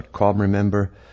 Remember